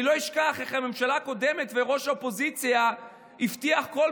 אני לא אשכח איך הממשלה הקודמת וראש האופוזיציה הבטיח בכל